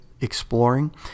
exploring